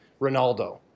Ronaldo